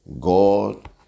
god